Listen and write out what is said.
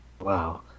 Wow